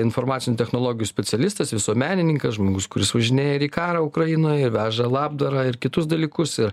informacinių technologijų specialistas visuomenininkas žmogus kuris važinėja ir į karą ukrainoje veža labdarą ir kitus dalykus ir